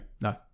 No